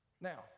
Now